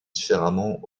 différemment